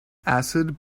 acid